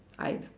I've